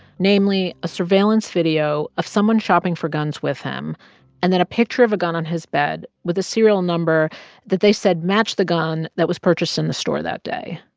namely a surveillance video of someone shopping for guns with him and then a picture of a gun on his bed with a serial number that they said matched the gun that was purchased in the store that day.